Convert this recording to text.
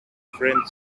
friend